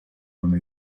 воно